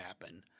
happen